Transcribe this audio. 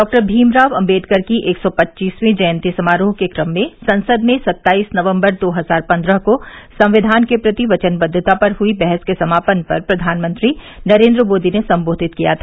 doctor Bhimrao Ambedkar की एक सौ पच्चीसवीं जयन्ती समारोह के क्रम में संसद में सत्ताईस नवम्बर दो हजार पन्द्रह को संविधान के प्रति वचनबद्वता पर हुई बहस के समापन पर प्रधानमंत्री नरेन्द्र मोदी ने सम्बोधित किया था